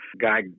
guy